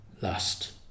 last